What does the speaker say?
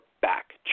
back